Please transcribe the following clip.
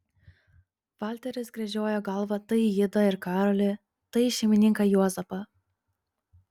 valteris gręžiojo galvą tai į idą ir karolį tai į šeimininką juozapą